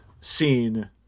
scene